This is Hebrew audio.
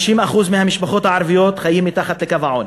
50% מהמשפחות הערביות חיות מתחת לקו העוני,